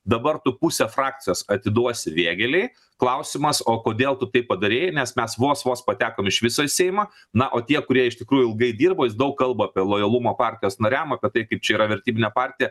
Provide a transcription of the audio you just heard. dabar tu pusę frakcijos atiduosi vėgėlei klausimas o kodėl tu taip padarei nes mes vos vos patekom iš viso į seimą na o tie kurie iš tikrųjų ilgai dirbo jis daug kalba apie lojalumą partijos nariam apie tai kaip čia yra vertybinė partija